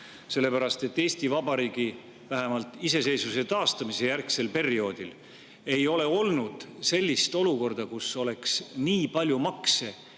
sest Eesti Vabariigis, vähemalt iseseisvuse taastamise järgsel perioodil, ei ole olnud sellist olukorda, kus oleks nii palju makse